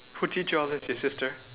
who teach you all these your sister